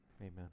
Amen